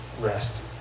rest